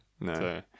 no